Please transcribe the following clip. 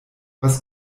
was